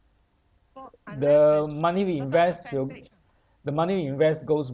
the money we invest will the money you invest goes